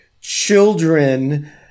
children